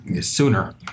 sooner